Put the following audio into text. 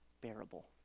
bearable